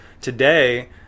today